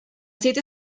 sitio